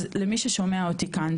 אז למי ששומע אותי כאן,